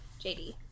jd